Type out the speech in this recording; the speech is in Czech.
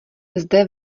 zde